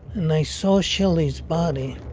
and i saw shelly's body.